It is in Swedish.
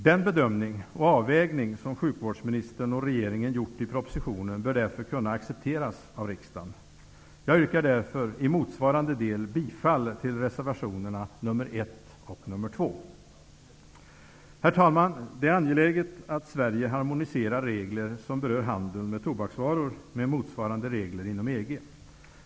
Den bedömning och avvägning som sjukvårdsministern och regeringen har gjort i propositionen bör därför kunna accepteras av riksdagen. Jag yrkar därför i motsvarande del bifall till reservationerna 1 och 2. Herr talman! Det är angeläget att Sverige harmoniserar regler som berör handeln med tobaksvaror med motsvarande regler inom EG.